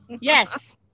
Yes